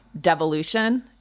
devolution